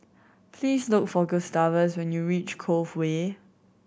please look for Gustavus when you reach Cove Way